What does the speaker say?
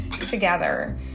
together